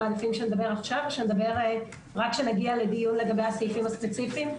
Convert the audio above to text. מעדיפים שנדבר עכשיו או כאשר נגיע לדיון לגבי הסעיף הספציפיים.